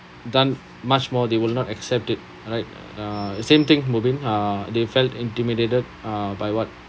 done much more they will not accept it right uh same thing mubin uh they felt intimidated uh by what